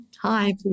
Hi